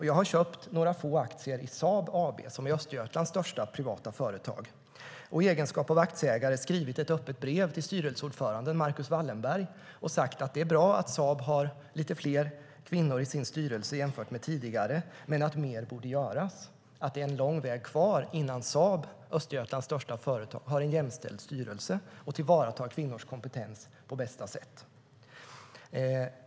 Jag har köpt några få aktier i Saab AB, som är Östergötlands största privata företag, och i egenskap av aktieägare skrivit ett öppet brev till styrelseordföranden Marcus Wallenberg och sagt att det är bra att Saab har lite fler kvinnor i sin styrelse jämfört med tidigare men att mer borde göras, att det är en lång väg kvar innan Saab, Östergötlands största företag, har en jämställd styrelse och tillvaratar kvinnors kompetens på bästa sätt.